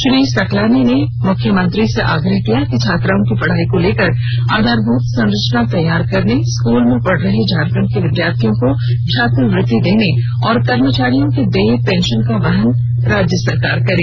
श्री सकलानी ने मुख्यमंत्री से आग्रह किया कि छात्राओं की पढ़ाई को लेकर आधारभूत संरचना को तैयार करने स्कूल में पढ़ रहे झारखंड के विद्यार्थियों को छात्रवृत्ति देने और कर्मचारियों के देय पेंशन का वहन राज्य सरकार करें